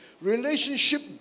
Relationship